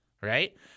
Right